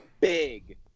Big